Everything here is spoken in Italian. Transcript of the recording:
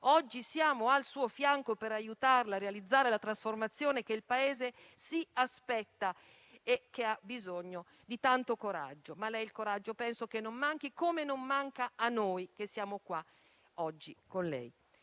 Oggi siamo al suo fianco per aiutarla a realizzare la trasformazione che il Paese si aspetta e che ha bisogno di tanto coraggio. Penso che a lei il coraggio non manchi, come non manca a noi che siamo qua oggi con lei,